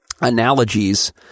analogies